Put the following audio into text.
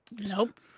Nope